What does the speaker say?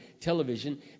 television